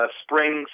spring